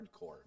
Hardcore